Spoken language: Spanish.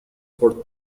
por